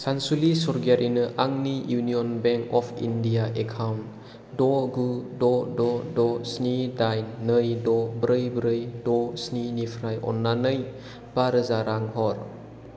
सानसुलि सरगियारिनो आंनि union bank of India account द' गु द' द' द' स्नि दाइन नै द' ब्रै ब्रै द' स्नि निफ्राय अननानै बा रोजा रां हर